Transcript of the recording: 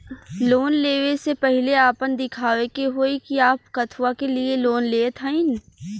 Loan ले वे से पहिले आपन दिखावे के होई कि आप कथुआ के लिए लोन लेत हईन?